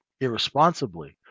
irresponsibly